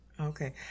Okay